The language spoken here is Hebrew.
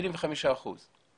25%